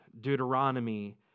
Deuteronomy